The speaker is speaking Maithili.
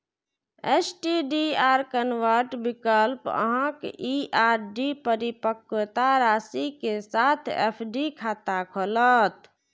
एस.टी.डी.आर कन्वर्ट विकल्प अहांक ई आर.डी परिपक्वता राशि के साथ एफ.डी खाता खोलत